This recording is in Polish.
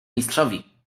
mistrzowi